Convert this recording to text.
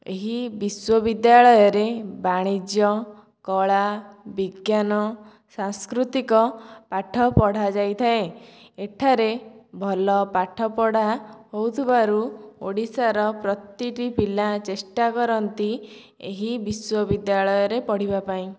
ଏହି ବିଶ୍ୱବିଦ୍ୟାଳୟରେ ବାଣିଜ୍ୟ କଳା ବିଜ୍ଞାନ ସାଂସ୍କୃତିକ ପାଠ ପଢ଼ା ଯାଇଥାଏ ଏଠାରେ ଭଲ ପାଠପଢ଼ା ହେଉଥିବାରୁ ଓଡ଼ିଶାର ପ୍ରତିଟି ପିଲା ଚେଷ୍ଟା କରନ୍ତି ଏହି ବିଶ୍ୱବିଦ୍ୟାଳୟରେ ପଢ଼ିବା ପାଇଁ